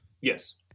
Yes